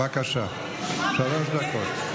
בבקשה, שלוש דקות.